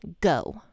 go